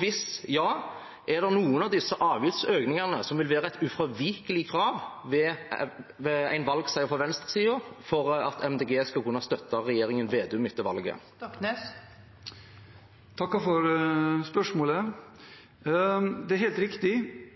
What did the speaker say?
Hvis ja: Er det noen av disse avgiftsøkningene som vil være et ufravikelig krav ved en valgseier på venstresiden for at Miljøpartiet De Grønne skal kunne støtte regjeringen Slagsvold Vedum etter valget? Jeg takker for spørsmålet. Det er helt riktig